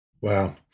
Wow